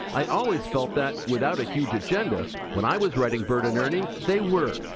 i always felt that, without a huge agenda, when i was writing bert and ernie, they were.